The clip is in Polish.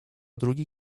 drugi